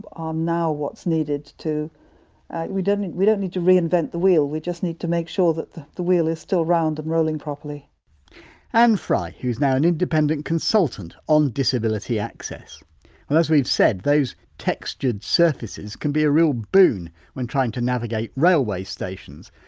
um now what's needed to we don't we don't need to reinvent the wheel, we just need to make sure that the the wheel is still round and rolling properly ann frye, who's now an independent consultant on disability access well, as we've said, those textured surfaces can be a real boon when trying to navigate railway stations.